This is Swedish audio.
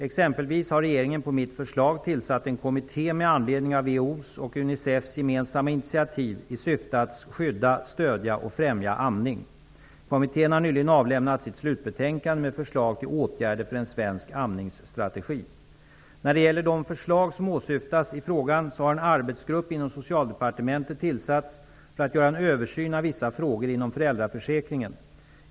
Exempelvis har regeringen på mitt förslag tillsatt en kommitté med anledning av WHO:s och Unicefs gemensamma initiativ i syfte att skydda, stöjda och främja amning. Kommittén har nyligen avlämnat sitt slutbetänkande med förslag till åtgärder för en svensk amningsstrategi. När det gäller de förslag som åsyftas i frågan har en arbetsgrupp inom Socialdepartementet tillsatts för att göra en översyn av vissa frågor inom föräldraförsäkringen.